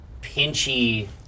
pinchy